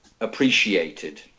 appreciated